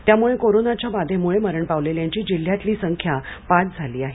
त्यामुळे करोनाच्या बाधेमुळे मरण पावलेल्यांची जिल्ह्यातली संख्या पाच झाली आहे